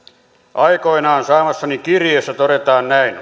aikoinaan saamassani kirjeessä todetaan näin